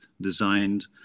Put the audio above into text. designed